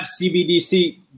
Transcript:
CBDC